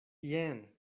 jen